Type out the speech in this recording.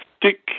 Dick